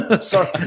Sorry